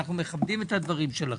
אנחנו מכבדים את הדברים שלכם,